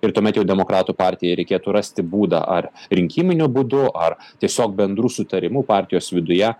ir tuomet jau demokratų partijai reikėtų rasti būdą ar rinkiminiu būdu ar tiesiog bendru sutarimu partijos viduje